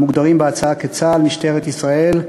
המוגדרים בהצעה כצה"ל, משטרת ישראל,